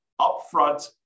upfront